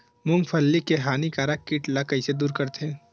मूंगफली के हानिकारक कीट ला कइसे दूर करथे?